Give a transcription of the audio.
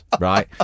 right